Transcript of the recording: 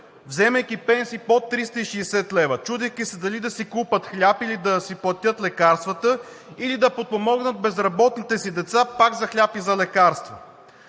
вземайки пенсии под 360 лв., чудейки се дали да си купят хляб, или да си платят лекарствата, или да подпомогнат безработните си деца пак за хляб и за лекарства.